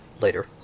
later